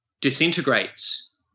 disintegrates